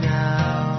now